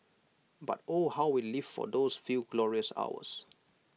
but oh how we lived for those few glorious hours